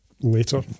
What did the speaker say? later